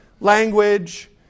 language